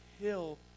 hill